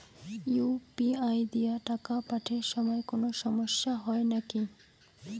UPI দিয়া টাকা পাঠের সময় কোনো সমস্যা হয় নাকি?